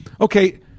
Okay